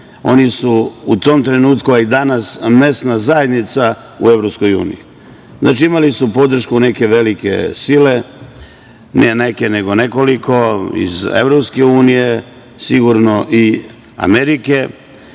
Oni su u tom trenutku, a i danas, mesna zajednica u EU. Znači, imali su podršku neke velike sile, ne neke, nego nekoliko, iz EU, sigurno i Amerike.